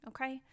okay